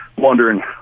wondering